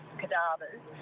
cadavers